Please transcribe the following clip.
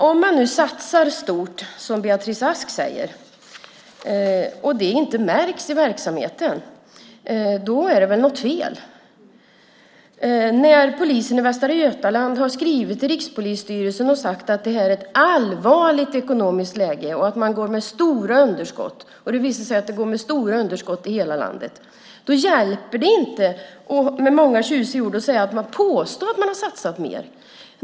Om man satsar stort, som Beatrice Ask säger, och det inte märks i verksamheten är det väl något fel? Polisen i Västra Götaland har skrivit till Rikspolisstyrelsen och sagt att det är ett allvarligt ekonomiskt läge och att man går med stora underskott. Det visar sig att det går med stora underskott i hela landet. Då hjälper det inte att med många tjusiga ord påstå att man har satsat mer.